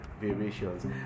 variations